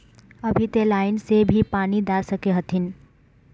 अभी ते लाइन से भी पानी दा सके हथीन?